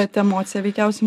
bet emocija veikiausiai